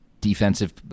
defensive